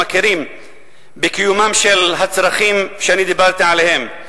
מכירים בקיומם של הצרכים שאני דיברתי עליהם.